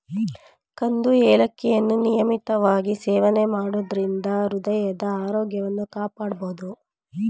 ಕಂದು ಏಲಕ್ಕಿಯನ್ನು ನಿಯಮಿತವಾಗಿ ಸೇವನೆ ಮಾಡೋದರಿಂದ ಹೃದಯದ ಆರೋಗ್ಯವನ್ನು ಕಾಪಾಡ್ಬೋದು